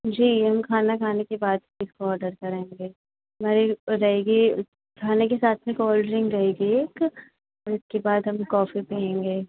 जी हम खाना खाने के बाद इसको ऑडर करेंगे हमारी रहेगी खाने के साथ में कोल्ड ड्रिंक रहेगी एक और इसके बाद हम कॉफ़ी पिएँगे